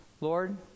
Lord